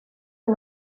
yng